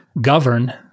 govern